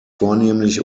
vornehmlich